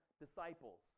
disciples